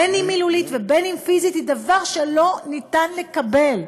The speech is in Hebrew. בין מילולית ובין פיזית, היא דבר שלא ניתן לקבל.